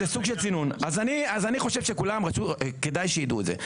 אז אני חושב שכולם כדאי שיידעו את זה.